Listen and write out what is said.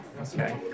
Okay